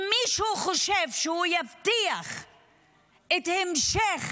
אם מישהו חושב שהוא יבטיח את המשך